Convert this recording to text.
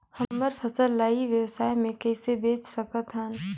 हमर फसल ल ई व्यवसाय मे कइसे बेच सकत हन?